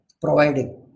providing